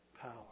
power